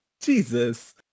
jesus